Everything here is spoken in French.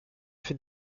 fait